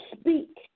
speak